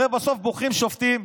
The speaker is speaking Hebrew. הרי בסוף בוחרים שופטים,